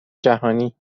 جهانی